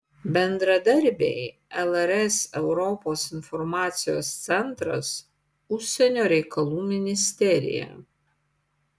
bendradarbiai lrs europos informacijos centras užsienio reikalų ministerija